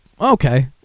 Okay